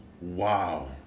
Wow